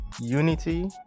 unity